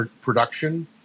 production